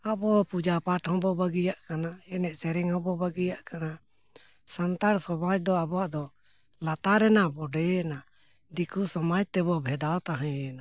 ᱟᱵᱚ ᱯᱩᱡᱟᱹ ᱯᱟᱴ ᱦᱚᱸᱵᱚᱱ ᱵᱟᱹᱜᱤᱭᱟᱜ ᱠᱟᱱᱟ ᱮᱱᱮᱡ ᱥᱮᱨᱮᱧ ᱦᱚᱸᱵᱚᱱ ᱵᱟᱹᱜᱤᱭᱟᱜ ᱠᱟᱱᱟ ᱥᱟᱱᱛᱟᱲ ᱥᱚᱢᱟᱡᱽ ᱫᱚ ᱟᱵᱚᱣᱟᱜ ᱫᱚ ᱞᱟᱛᱟᱨᱮᱱᱟᱵᱚᱱ ᱵᱚᱰᱭᱮᱱᱟ ᱫᱤᱠᱩ ᱥᱚᱢᱟᱡᱽ ᱛᱮᱵᱚᱱ ᱵᱷᱮᱫᱟᱣ ᱛᱟᱦᱮᱸᱭᱮᱱᱟ